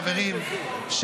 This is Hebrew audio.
חברים,